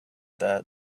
that